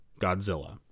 Godzilla